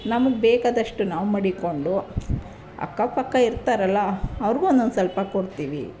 ನಮ್ಗೆ ಬೇಕಾದಷ್ಟು ನಾವು ಮಡಿಕೊಂಡು ಅಕ್ಕಪಕ್ಕ ಇರ್ತಾರಲ್ಲ ಅವ್ರಿಗೂ ಒಂದೊಂದು ಸ್ವಲ್ಪ ಕೊಡ್ತೀವಿ